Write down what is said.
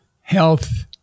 health